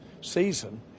season